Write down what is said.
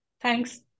Thanks